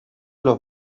los